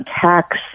tax